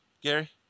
gary